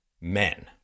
men